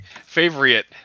favorite